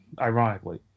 ironically